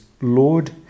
Lord